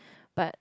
but